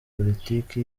politiki